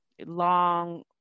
long